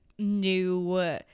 new